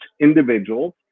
individuals